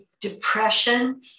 depression